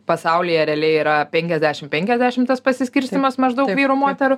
pasaulyje realiai yra penkiasdešim penkiasdešim tas pasiskirstymas maždaug vyrų moterų